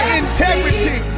integrity